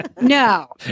No